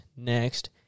next